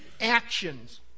actions